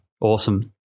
Awesome